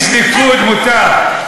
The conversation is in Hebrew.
איש ליכוד, מותר.